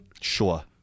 Sure